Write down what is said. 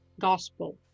gospel